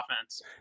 offense